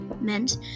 meant